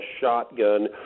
shotgun